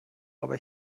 aber